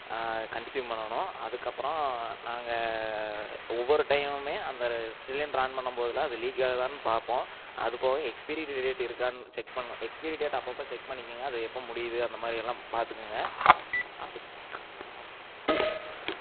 consume பண்ணணும் அதுக்கப்புறம் நாங்கள் ஒவ்வொரு டைமுமே அந்த சிலிண்ட்ரை ஆன் பண்ணும்போதெலாம் அது லீக் ஆகுதான்னு பார்ப்போம் அதுபோக எக்ஸ்பிரீட்டு டேட் இருக்கான்னு செக் பண்ண எக்ஸ்பிரீ டேட்டை அப்பப்போ செக் பண்ணிக்கோங்க அது எப்போ முடியுது அந்த மாதிரி எல்லாம் பார்த்துக்குங்க அதுக்கப்புறம்